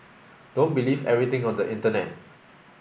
don't believe everything on the internet